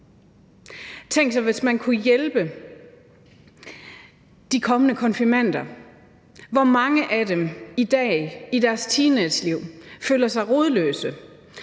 hvis man kunne hjælpe de kommende konfirmander, hvoraf mange i dag i deres teenageliv føler sig rodløse,